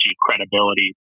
credibility